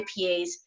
IPAs